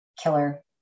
Killer